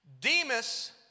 Demas